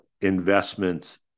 investments